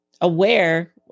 aware